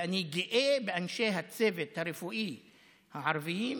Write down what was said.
ואני גאה באנשי הצוות הרפואי הערבים,